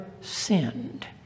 sinned